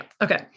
Okay